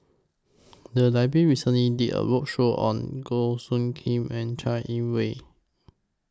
The Library recently did A roadshow on Goh Soo Khim and Chai Yee Wei